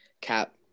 cap